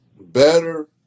better